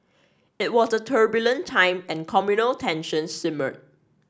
it was a turbulent time and communal tensions simmered